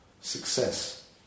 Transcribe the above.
success